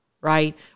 right